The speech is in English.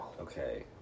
Okay